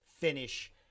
finish